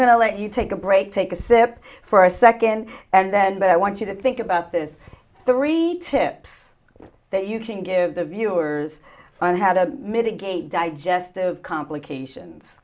to let you take a break take a sip for a second and then but i want you to think about this the read tips that you can give the viewers on how to mitigate digestive complications